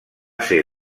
ser